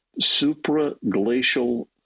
supraglacial